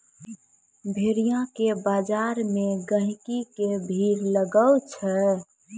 भेड़िया के बजार मे गहिकी के भीड़ लागै छै